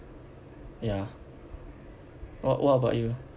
ya what what about you